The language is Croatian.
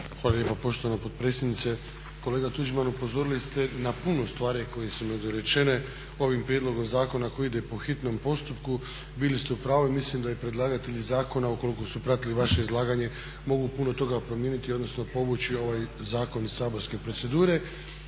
lijepa poštovana potpredsjednice. Kolega Tuđman upozorili ste na puno stvari koje su nedorečene ovim prijedlogom zakona koji ide po hitnom postupku. Bili ste u pravu i mislim da i predlagatelji zakona ukoliko su pratili vaše izlaganje mogu puno toga promijeniti odnosno povući ovaj zakon iz saborske procedure.